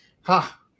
Ha